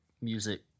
music